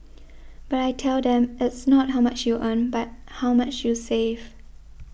but I tell them it's not how much you earn but how much you save